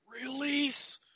Release